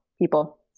people